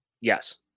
Yes